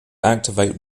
activate